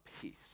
peace